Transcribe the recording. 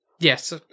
Yes